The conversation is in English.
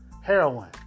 Heroin